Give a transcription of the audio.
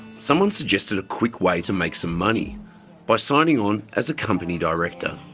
someone suggested a quick way to make some money by signing on as a company director.